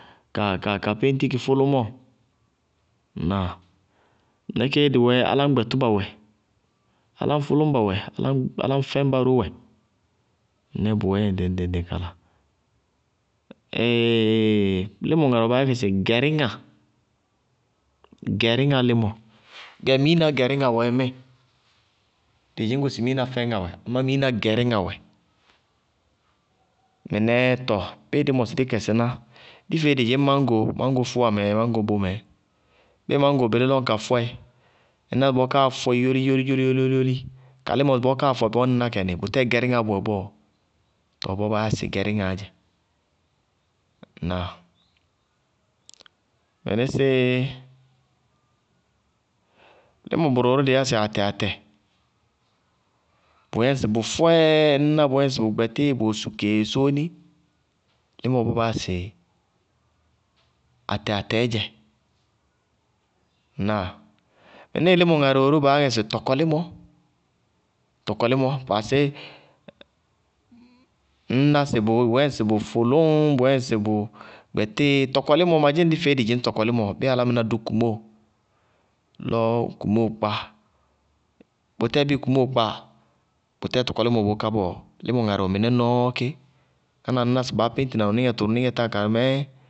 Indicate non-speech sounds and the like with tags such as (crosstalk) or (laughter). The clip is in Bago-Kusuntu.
Ka ka ka péñti kɩ fʋlʋmɔɔ. Ŋnáa? Mɩnɛ kéé dɩ wɛɛ dzɛ áláŋ gbɛtíba wɛ, áláŋ fʋlʋñŋba wɛ, áláŋ dɛñba ró wɛ, mɩnɛɛ bʋ wɛɛ dzɛ ŋɖɩŋ-ŋɖɩŋ ŋɖɩŋ-ŋɖɩŋ kala. (hesitation) límɔ ŋarɩ wɛ baá yá ŋɛ sɩ gɛríŋa, gɛeíŋa, gɛ miiná gɛríŋa wɛɛ míɩ. Dɩ dzɩñ go miiná fɛñŋa wɛ, amá miiná gɛríŋa wɛ. Mɩnɛɛ tɔɔ bíɩ dí mɔsɩ dí kɛsɩná, dí feé dɩ dzɩñ máñgo, máñgo fʋwamɛ, máñgo bómɛ, bíɩ máñgo bɩlí lɔ ka fɔɛ, ka límɔ ŋná bɔɔ káa fɔɛ yólí-yólí-yólí, ka límɔ bɔɔ fɔɛ bɔɔ ññná kɛ nɩ, bʋtɛɛ gɛríŋaá bʋwɛ bɔɔ? Tɔɔ bɔɔ baa yáa sɩ gɛríŋaá dzɛ. Ŋnáa? Límɔ bʋrʋ wɛ ró dɩí yá bɩ atɛ-arɛ, bʋyɛ ŋsɩ bʋ fɔɛ, ññná bʋyɛ ŋsɩ bʋ gbɛtíɩ, bʋyɛ ŋsɩ bʋwɛ sukee sóóni, límɔ bʋ bɔɔ baa yáa sɩ atɛ-arɛɛ dzɛ. Ŋnáa? Mɩníɩ límɔ ŋarɩ wɛ ró baá yá sɩ tɔkɔlímɔ, tɔkɔlímɔ paasé, ŋñná sɩ bʋyɛ ŋsɩ bʋ fʋlʋñŋ, bʋyɛ ŋsɩ bʋ gbɛtíɩ, tɔkɔlímɔ ma dzɩñ dí feé dɩ dzɩñ tɔkɔlímɔ, bíɩ álámɩná dʋ kumóo? Lɔ kumóo kpáa, bʋtɛɛ bíɩ kumóo kpáa, bʋtɛɛ tɔkɔlímɔɔ bʋʋ ká bɔɔ, límɔ ŋarɩ wɛ mɩnɛ nɔɔ ké, ŋáná ŋñná sɩ baá péñtina nɔníŋɛ tʋrʋníŋɛ táa karɩ mɛɛ.